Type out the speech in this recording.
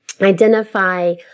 identify